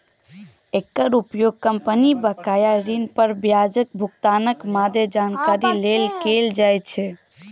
एकर उपयोग कंपनी बकाया ऋण पर ब्याजक भुगतानक मादे जानकारी लेल कैल जाइ छै